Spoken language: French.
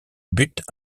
buts